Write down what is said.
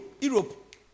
Europe